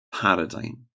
paradigm